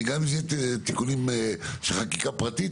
וגם אם זה יהיה תיקונים של חקיקה פרטית,